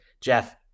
Jeff